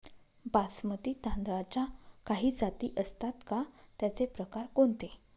बासमती तांदळाच्या काही जाती असतात का, त्याचे प्रकार कोणते?